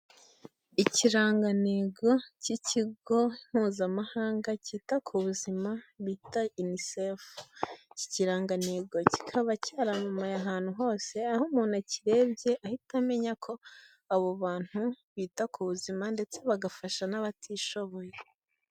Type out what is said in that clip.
Ikirangantego cy'ikigo mpuzamahanga cyita ku buzima bita UNICEF kikirangantego kikaba cyaramamaye ahantu hose aho umuntu akirerebye ahita amenya ko abo bantu bita ku buzima ndetse bagafasha n'abatishoboye.